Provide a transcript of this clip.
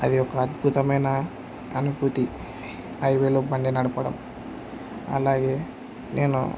అది ఒక అద్భుతమైన అనుభూతి హైవేలో బండి నడపడం అలాగే నేను